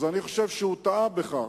אז אני חושב שהוא טעה בכך.